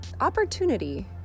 opportunity